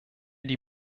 die